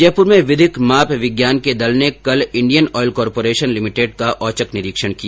जयपूर में विधिक माप विज्ञान के दल ने कल इंडियन ऑयल कॉरपॉरेशन लिमिटेड का औचक निरीक्षण किया